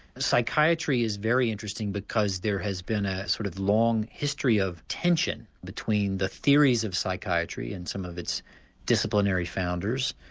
psychiatry is very interesting because there has been a sort of long history of tension between the theories of psychiatry and some of its disciplinary founders,